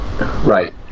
Right